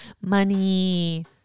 money